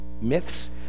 myths